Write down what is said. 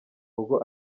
rugo